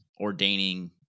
ordaining